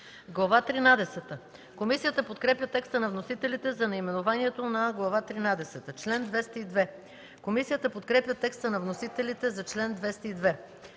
тринадесета. Комисията подкрепя текста на вносителите за наименованието на Глава тринадесета. Комисията подкрепя текста на вносителите за чл. 202.